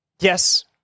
Yes